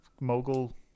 Mogul